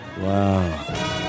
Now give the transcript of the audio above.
Wow